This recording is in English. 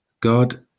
God